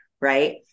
right